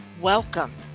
Welcome